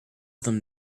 them